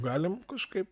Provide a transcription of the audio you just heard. galim kažkaip